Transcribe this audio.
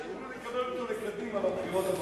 שתוכלו לקבל אותו לקדימה בבחירות הבאות.